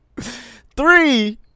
Three